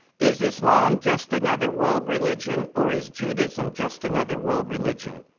is islam just another world religion or is judaism just another world religion?